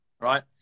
right